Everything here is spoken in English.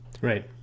right